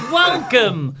welcome